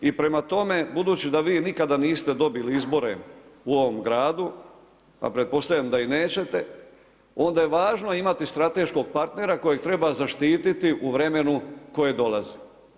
I prema tome budući da vi nikada niste dobili izbore u ovom gradu a pretpostavljam da i nećete onda je važno imati strateškog partnera kojeg treba zaštiti u vremenu koje dolazi.